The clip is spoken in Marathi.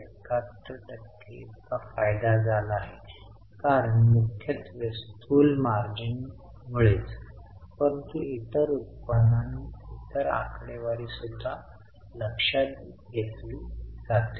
71 टक्के इतका फायदा झाला आहे कारण मुख्यत्वे स्थूल मार्जिनमुळेच परंतु इतर उत्पन्न आणि इतर आकडेवारी सुद्धा लक्षात घेतली जाते